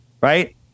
right